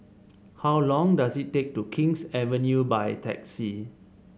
how long does it take to King's Avenue by taxi